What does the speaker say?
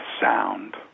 sound